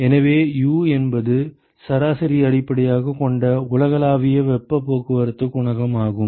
எனவே U என்பது சராசரியை அடிப்படையாகக் கொண்ட உலகளாவிய வெப்பப் போக்குவரத்து குணகம் ஆகும்